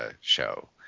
show